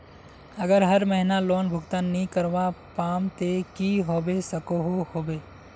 अगर हर महीना लोन भुगतान नी करवा पाम ते की होबे सकोहो होबे?